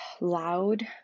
loud